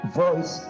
voice